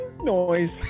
noise